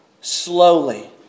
slowly